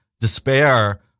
despair